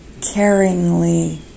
caringly